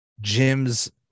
Jim's